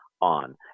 on